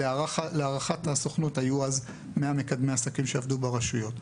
ולהערכת הסוכנות היו אז כ-100 מקדמי עסקים שעבדו ברשויות.